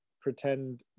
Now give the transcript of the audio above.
pretend